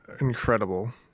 incredible